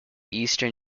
eastern